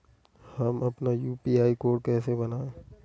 हम अपना UPI code कैसे बनाएँ?